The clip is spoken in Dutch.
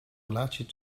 relatie